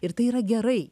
ir tai yra gerai